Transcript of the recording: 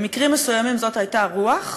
במקרים מסוימים זאת הייתה הרוח,